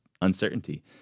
uncertainty